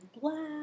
black